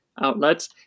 outlets